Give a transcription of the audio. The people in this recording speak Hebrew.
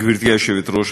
גברתי היושבת-ראש,